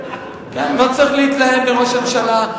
זו הזדמנות, תיכנס בראש הממשלה.